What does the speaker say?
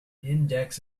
index